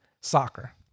Soccer